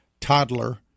toddler